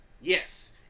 yes